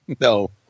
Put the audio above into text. No